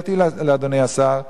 שאלתי לאדוני השר,